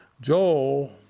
Joel